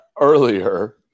earlier